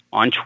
on